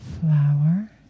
flower